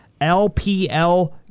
LPL